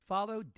Follow